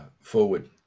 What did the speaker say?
forward